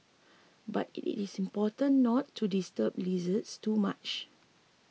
but it is important not to disturb lizards too much